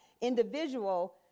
individual